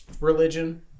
religion